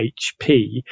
HP